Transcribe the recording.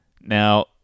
Now